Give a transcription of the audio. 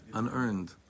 unearned